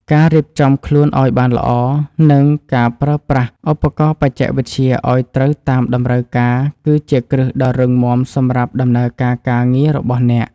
ការរៀបចំខ្លួនឱ្យបានល្អ និងការប្រើប្រាស់ឧបករណ៍បច្ចេកវិទ្យាឱ្យត្រូវតាមតម្រូវការគឺជាគ្រឹះដ៏រឹងមាំសម្រាប់ដំណើរការការងាររបស់អ្នក។